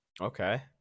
Okay